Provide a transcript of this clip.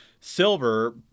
silver